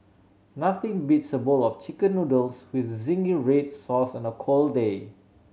nothing beats a bowl of Chicken Noodles with zingy red sauce on a cold day